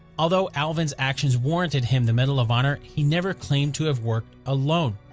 although alvin's actions warranted him the medal of honor, he never claimed to have worked alone.